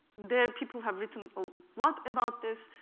their people have written a lot about this,